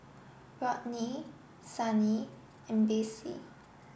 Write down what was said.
Rodney Sunny and Basil